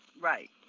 Right